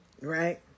Right